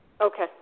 Okay